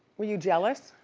were you jealous?